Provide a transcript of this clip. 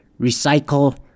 recycle